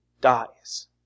dies